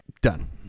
Done